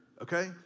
okay